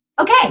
okay